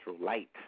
light